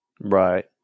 right